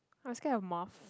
am scared of moth